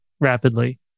rapidly